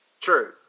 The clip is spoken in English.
True